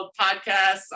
podcasts